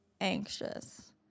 anxious